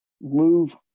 move